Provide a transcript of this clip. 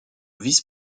vice